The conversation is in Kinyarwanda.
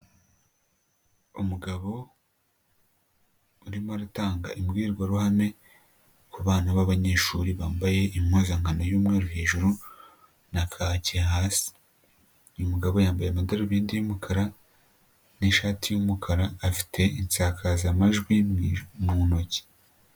Umugabo urimo aratanga imbwirwaruhame ku bana b'abanyeshuri bambaye impuzankano y'umweru hejuru na kaki hasi. Uyu mugabo yambaye amadarubindi y'umukara n'ishati y'umukara afite insakazamajwi mu ntoki.